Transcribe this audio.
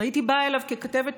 והייתי באה אליו, ככתבת פוליטית,